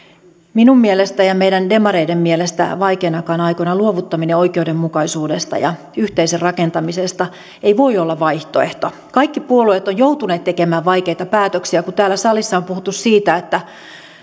minun mielestäni ja meidän demareiden mielestä vaikeinakaan aikoina luovuttaminen oikeudenmukaisuudesta ja yhteisen rakentamisesta ei voi olla vaihtoehto kaikki puolueet ovat joutuneet tekemään vaikeita päätöksiä ja täällä salissa on puhuttu siitä että